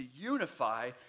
unify